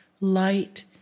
light